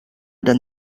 than